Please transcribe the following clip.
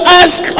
ask